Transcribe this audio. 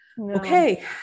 Okay